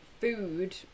food